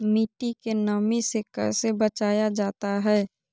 मट्टी के नमी से कैसे बचाया जाता हैं?